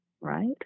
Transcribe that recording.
right